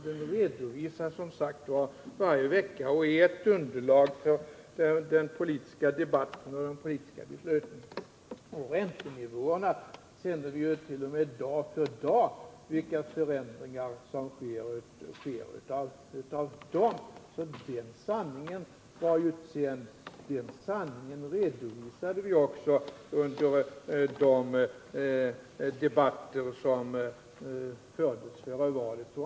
Det redovisas som sagt varje vecka och är ett underlag för den politiska debatten och de politiska besluten. När det gäller räntenivåerna så sänder vi ju t.o.m. dag för dag ut uppgifter om vilka förändringar som sker. Den sanningen redovisade vi också under de debatter som fördes före valet.